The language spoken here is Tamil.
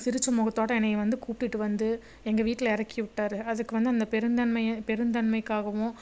சிரிச்ச முகத்தோடு என்னைய வந்து கூப்பிட்டுட்டு வந்து எங்கள் வீட்டில் இறக்கி விட்டாரு அதுக்கு வந்து அந்த பெருந்தன்மையை பெருந்தன்மைக்காகவும்